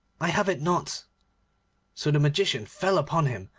i have it not so the magician fell upon him,